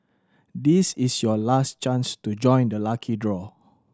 this is your last chance to join the lucky draw